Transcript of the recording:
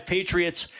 Patriots